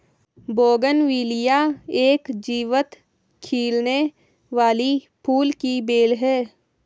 bougainvillea एक जीवंत खिलने वाली फूल की बेल है